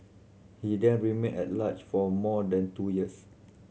he then remained at large for more than two years